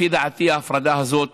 לפי דעתי, ההפרדה הזאת